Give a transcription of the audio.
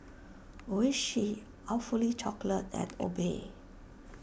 Oishi Awfully Chocolate and Obey